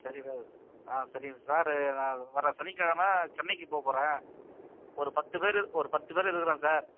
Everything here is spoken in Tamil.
சரி சார் ஆ சரிங்க சார் நான் வர சனிக் கிழம சென்னைக்கு போகப் போகிறேன் ஒரு பத்து பேர் ஒரு பத்து பேர் இருக்கிறோம் சார்